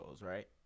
right